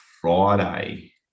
Friday